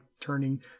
turning